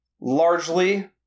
largely